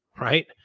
right